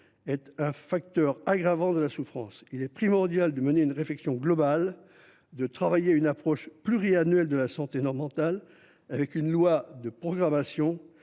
est un facteur aggravant de la souffrance. Il est primordial de mener une réflexion globale et de travailler à une approche pluriannuelle de la santé mentale, un projet de loi de programmation